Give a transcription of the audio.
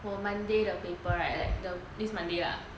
for monday the paper right like the this monday lah